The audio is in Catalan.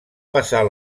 passar